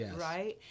Right